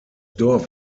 dorf